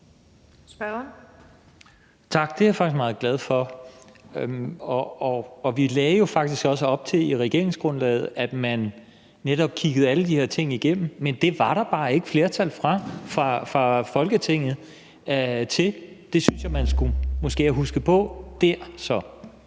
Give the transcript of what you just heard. Tak. Det er jeg faktisk meget glad for. Vi lagde jo faktisk også i regeringensgrundlaget op til, at man netop kiggede alle de her ting igennem, men det var der bare ikke flertal for fra Folketingets side, og jeg synes måske, det er